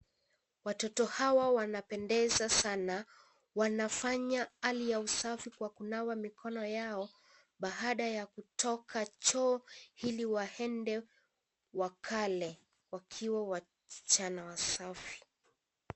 Watoto hawa wanapendeza sana. Wanafanya hali ya usafi kwa kunawa mikono yao, baada ya kutoka choo ili waende wakale, wakiwa wasichana wasafi.